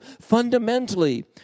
fundamentally